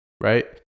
right